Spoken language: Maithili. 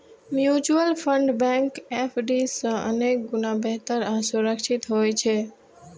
म्यूचुअल फंड बैंक एफ.डी सं अनेक गुणा बेहतर आ सुरक्षित होइ छै